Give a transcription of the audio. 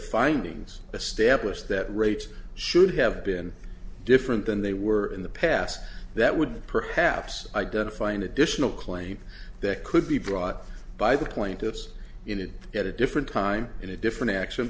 findings establish that rates should have been different than they were in the past that would perhaps identify an additional claim that could be brought by the plaintiffs in it at a different time in a different ac